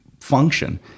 function